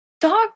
dog